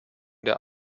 der